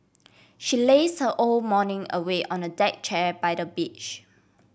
she laze her whole morning away on a deck chair by the beach